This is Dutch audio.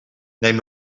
neem